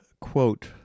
quote